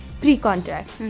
pre-contract